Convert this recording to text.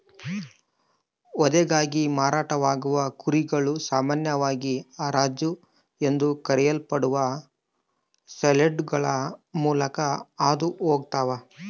ವಧೆಗಾಗಿ ಮಾರಾಟವಾಗುವ ಕುರಿಗಳು ಸಾಮಾನ್ಯವಾಗಿ ಹರಾಜು ಎಂದು ಕರೆಯಲ್ಪಡುವ ಸೇಲ್ಯಾರ್ಡ್ಗಳ ಮೂಲಕ ಹಾದು ಹೋಗ್ತವ